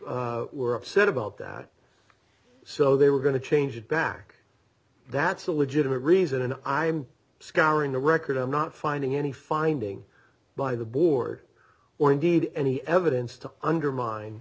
employees were upset about that so they were going to change it back that's a legitimate reason an i'm scouring the record i'm not finding any finding by the board or indeed any evidence to undermine